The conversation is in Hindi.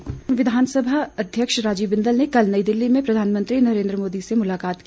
बिंदल विधानसभा अध्यक्ष राजीव बिंदल ने कल नई दिल्ली में प्रधानमंत्री नरेंद्र मोदी से मुलाकात की